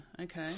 okay